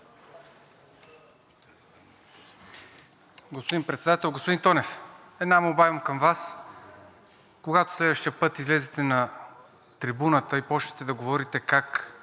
Господин Председател! Господин Тонев, една молба имам към Вас. Когато следващия път излезете на трибуната и започнете да говорите как